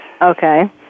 Okay